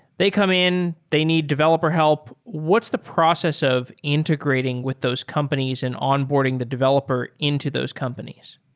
they come in, they need developer help. what's the process of integrating with those companies and on-boarding the developer into those companies?